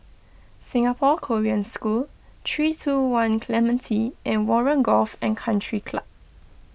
Singapore Korean School three two one Clementi and Warren Golf and Country Club